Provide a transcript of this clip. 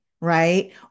right